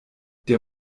der